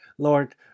Lord